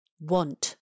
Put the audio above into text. want